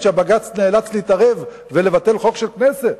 שבג"ץ נאלץ להתערב ולבטל חוק של הכנסת.